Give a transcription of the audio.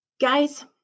guys